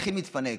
מתחילים להתפנק.